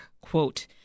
quote